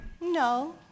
No